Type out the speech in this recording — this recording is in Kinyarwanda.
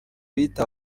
biyita